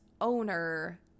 owner